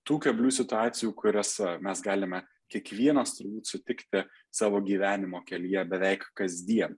tų keblių situacijų kuriose mes galime kiekvienas turbūt sutikti savo gyvenimo kelyje beveik kasdien